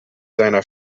seiner